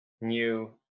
new